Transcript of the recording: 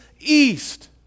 east